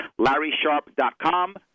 LarrySharp.com